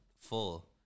full